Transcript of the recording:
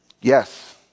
Yes